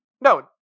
No